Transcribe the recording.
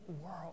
world